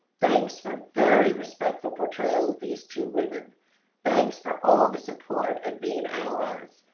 thanks from very respectful portrayal of these two women thanks for all the support and being allies.